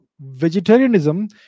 vegetarianism